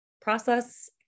process